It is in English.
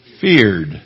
feared